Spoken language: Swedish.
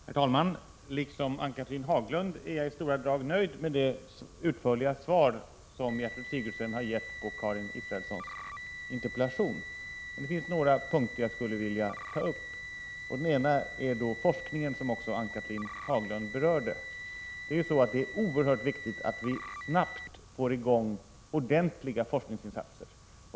Herr talman! Liksom Ann-Cathrine Haglund är jag i stora drag nöjd med det utförliga svar som Gertrud Sigurdsen har gett på Karin Israelssons interpellation. Men det finns några punkter som jag skulle vilja ta upp. En sådan punkt är forskningen, som även Ann-Cathrine Haglund berörde. Det är oerhört viktigt att vi snabbt får i gång ordentliga forskningsinsatser.